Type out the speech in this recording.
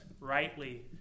rightly